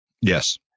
Yes